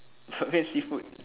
I hate seafood